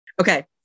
Okay